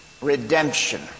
redemption